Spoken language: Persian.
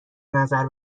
نظر